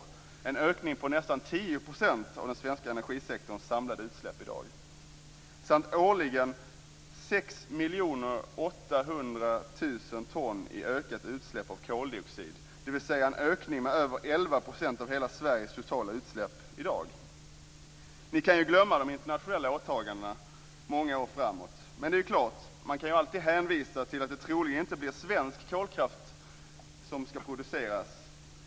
Det är en ökning på nästan 10 % av den svenska energisektorns samlade utsläpp i dag. Årligen blir det 6 800 000 ton i ökade utsläpp av koldioxid, dvs. en ökning med över 11 % av hela Sveriges totala utsläpp i dag. Ni kan ju glömma de internationella åtagandena många år framåt. Men det är klart, man kan alltid hänvisa till att det troligen inte blir svensk kolkraft som ska produceras.